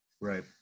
Right